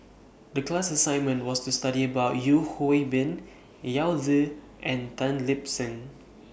The class assignment was to study about Yeo Hwee Bin Yao Zi and Tan Lip Seng